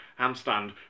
handstand